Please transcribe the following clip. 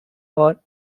war